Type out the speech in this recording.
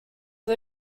are